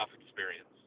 experience